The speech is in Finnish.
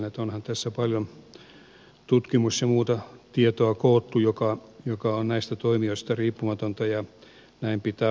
onhan tässä koottu paljon tutkimus ja muuta tietoa joka on näistä toimijoista riippumatonta ja näin pitää ollakin